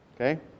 okay